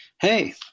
hey